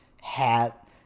hat